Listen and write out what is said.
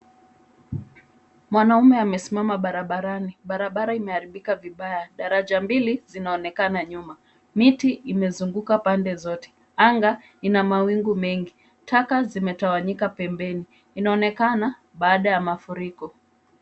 Mwanaume amesimama barabarani. Barabara imeharibika vibaya. Daraja mbili zinaonekana nyuma. Miti imezunguka pande zote. Anga ina mawingu mengi. Taka zimetawanyika pembeni. Inaonekana baada ya mafuriko.